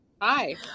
Hi